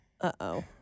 Uh-oh